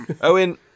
Owen